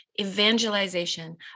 evangelization